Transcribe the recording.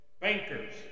bankers